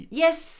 yes